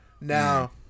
Now